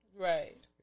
Right